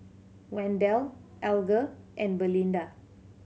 Wendell Alger and Belinda